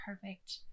perfect